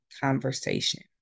conversation